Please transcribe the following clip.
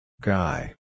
Guy